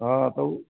हँ तऽ उ